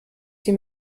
sie